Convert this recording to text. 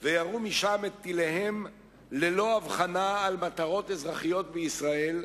וירו משם את טיליהם ללא אבחנה על מטרות אזרחיות בישראל,